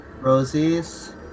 Rosie's